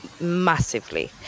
Massively